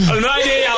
Almighty